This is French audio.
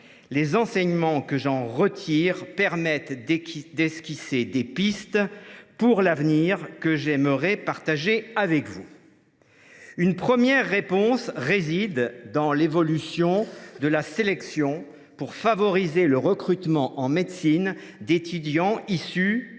Les enseignements que j’en retire permettent d’esquisser pour l’avenir des pistes que j’aimerais partager avec vous. Une première réponse réside dans l’évolution de la sélection, pour favoriser le recrutement en médecine d’étudiants issus